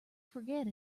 forget